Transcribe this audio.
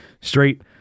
straight